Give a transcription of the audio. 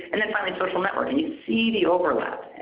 and then finally, social network and you can see the overlap